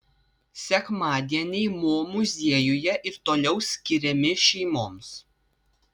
sekmadieniai mo muziejuje ir toliau skiriami šeimoms